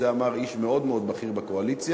את זה אמר איש מאוד מאוד בכיר בקואליציה,